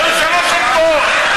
הצורך בהקמת ועדת